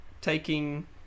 taking